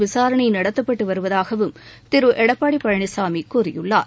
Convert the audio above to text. விசாரணை நடத்தப்பட்டு வருவதாகவும் திரு எடப்பாடி பழனிசாமி கூறியுள்ளார்